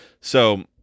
So-